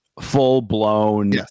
full-blown